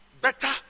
Better